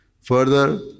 Further